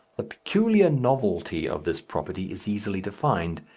the peculiar novelty of this property is easily defined.